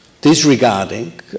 disregarding